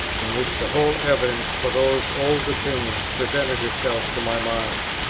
in which the whole evidence for those old opinions presented itself to my mind?